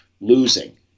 losing